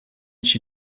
she